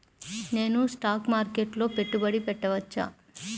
నేను స్టాక్ మార్కెట్లో పెట్టుబడి పెట్టవచ్చా?